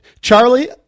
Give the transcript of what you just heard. Charlie